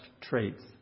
traits